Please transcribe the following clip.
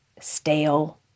stale